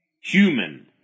human